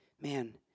man